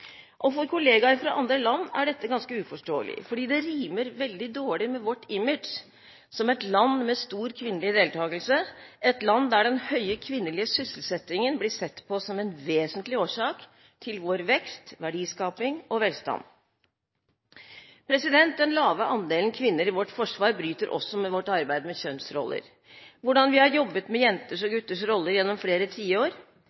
For kollegaer fra andre land er dette ganske uforståelig fordi det rimer veldig dårlig med vårt image som et land med stor kvinnelig deltakelse, et land der den høye kvinnelige sysselsettingen blir sett på som en vesentlig årsak til vår vekst, verdiskaping og velstand. Den lave andelen kvinner i vårt forsvar bryter også med vårt arbeid med kjønnsroller, hvordan vi har jobbet med jenters og